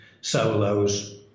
solos